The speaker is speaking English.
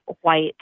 white